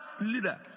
leader